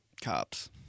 Cops